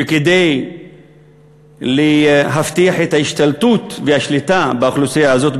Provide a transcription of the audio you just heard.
וכדי להבטיח את ההשתלטות והשליטה באוכלוסייה הזאת,